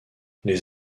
les